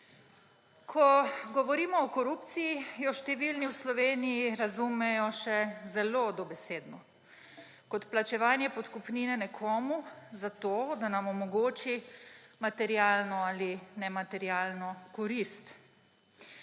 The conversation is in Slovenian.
Ko govorimo o korupciji, jo številni v Sloveniji razumejo še zelo dobesedno kot plačevanje podkupnine nekomu za to, da nam omogoči materialno ali nematerialno korist.